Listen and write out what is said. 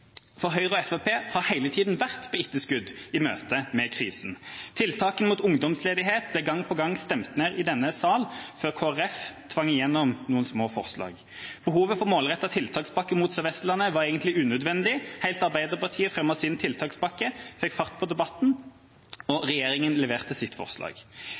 Høyre og Fremskrittspartiet har hele tiden vært på etterskudd i møte med krisen. Tiltak mot ungdomsledighet ble gang på gang stemt ned i denne sal før Kristelig Folkeparti tvang gjennom noen små forslag. Behovet for målrettet tiltakspakke mot Sør-Vestlandet var egentlig unødvendig, helt til Arbeiderpartiet fremmet sin tiltakspakke og fikk fart på debatten, og regjeringa leverte sitt forslag.